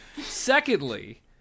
Secondly